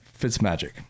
Fitzmagic